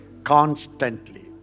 Constantly